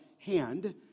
hand